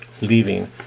leaving